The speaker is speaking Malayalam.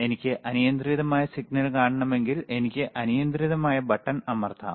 എനിക്ക് അനിയന്ത്രിതമായ സിഗ്നൽ കാണണമെങ്കിൽ എനിക്ക് അനിയന്ത്രിതമായ ബട്ടൺ അമർത്താം